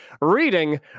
reading